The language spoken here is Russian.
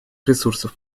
ресурсов